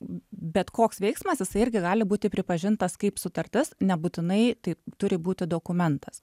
bet koks veiksmas jisai irgi gali būti pripažintas kaip sutartis nebūtinai tai turi būti dokumentas